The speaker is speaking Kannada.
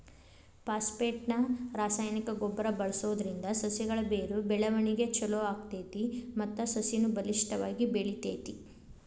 ಫಾಸ್ಫೇಟ್ ನ ರಾಸಾಯನಿಕ ಗೊಬ್ಬರ ಬಳ್ಸೋದ್ರಿಂದ ಸಸಿಗಳ ಬೇರು ಬೆಳವಣಿಗೆ ಚೊಲೋ ಆಗ್ತೇತಿ ಮತ್ತ ಸಸಿನು ಬಲಿಷ್ಠವಾಗಿ ಬೆಳಿತೇತಿ